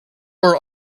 our